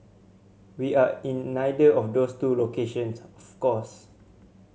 we are in neither of those two locations of course